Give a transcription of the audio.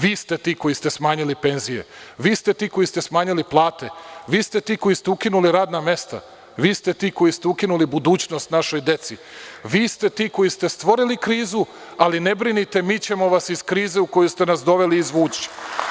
Vi ste ti koji ste smanjili penzije, vi ste ti koji ste smanjili plate, vi ste ti koji ste ukinuli radna mesta, vi ste ti koji ste ukinuli budućnost našoj deci, i vi ste ti koji ste stvorili krizu, ali ne brinite, mi ćemo vas iz krize u koju ste nas doveli, izvući.